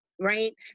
right